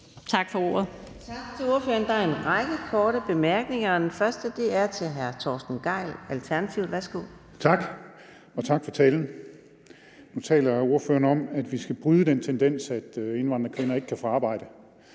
Tak for ordet.